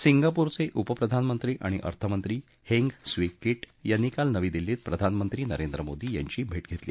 सिंगापूरचे उपप्रधानमंत्री आणि अर्थमंत्री हेंग स्वी कीट यांनी काल नवी दिल्लीत प्रधानमंत्री नरेंद्र मोदी यांची भेट घेतली